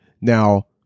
now